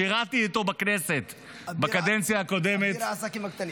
שירתי איתו בכנסת בקדנציה הקודמת.